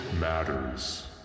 Matters